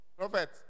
Prophet